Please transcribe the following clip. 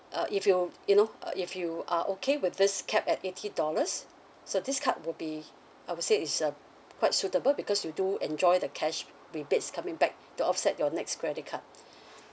uh if you you know uh if you are okay with this cap at eighty dollars so this card would be I would say is uh quite suitable because you do enjoy the cash rebates coming back to offset your next credit card